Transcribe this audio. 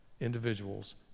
individuals